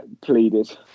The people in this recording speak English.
pleaded